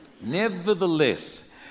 Nevertheless